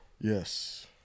Yes